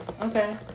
Okay